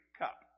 cup